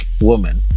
woman